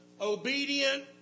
obedient